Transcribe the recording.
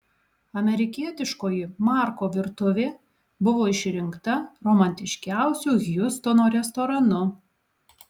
amerikietiškoji marko virtuvė buvo išrinkta romantiškiausiu hjustono restoranu